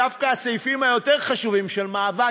דווקא הסעיפים החשובים יותר של מאבק